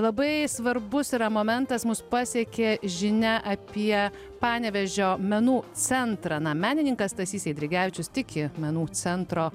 labai svarbus yra momentas mus pasiekė žinia apie panevėžio menų centrą na menininkas stasys eidrigevičius tiki menų centro